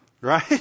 Right